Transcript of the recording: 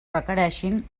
requereixin